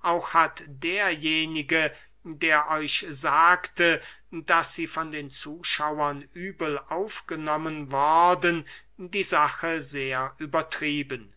auch hat derjenige der euch sagte daß sie von den zuschauern übel aufgenommen worden die sache sehr übertrieben